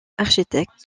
architecte